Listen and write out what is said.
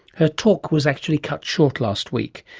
her talk was actually cut short last week.